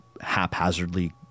haphazardly